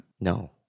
No